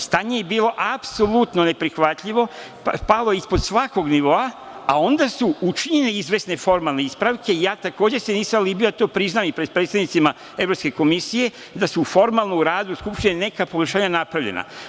Stanje je bilo apsolutno neprihvatljivo, palo ispod svakog nivoa, a onda su učinjene izvesne formalne ispravke, nisam se libio, to priznam i pred predsednicima Evropske komisije, da su formalno u radu Skupštine neka pogoršanja napravljena.